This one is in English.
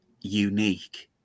unique